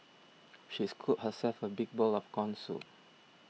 she scooped herself a big bowl of Corn Soup